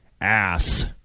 Ass